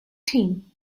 team